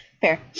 Fair